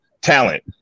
talent